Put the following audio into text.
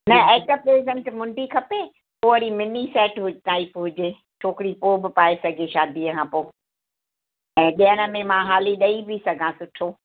न at the present मुंडी खपे पोइ वरी मिनी सेट हु टाइप हुजे छोकिरी पोइ बि पाए सघे शादीअ खां पोइ ऐं ॾियण में मां हाली ॾई बि सघां सुठो